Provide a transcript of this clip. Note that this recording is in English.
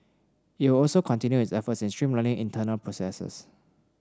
it will also continue its efforts in streamlining internal processes